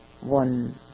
one